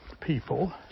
people